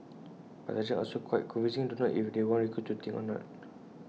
but sergeants are also quite confusing don't know if they want recruits to think or not